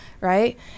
right